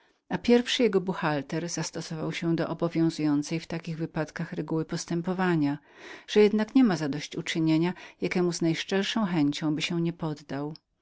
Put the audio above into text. że pierwszy jego buchhalter niezawiadomiony o stosunkach obawiał się przyjąć wexlu że jednak nie ma zadosyć uczynienia jakiemu z najszczerszą chęcią się nie podda